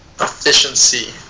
Efficiency